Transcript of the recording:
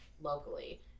locally